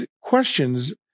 questions